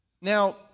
Now